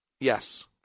yes